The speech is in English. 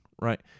right